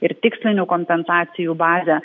ir tikslinių kompensacijų bazę